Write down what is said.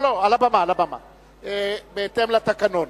בהתאם לתקנון.